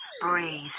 breathe